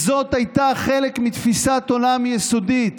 זאת הייתה חלק מתפיסת עולם יסודית